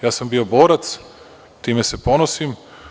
Ja sam bio borac i time se ponosim.